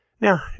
Now